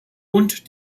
und